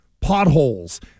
potholes